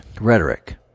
Rhetoric